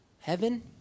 heaven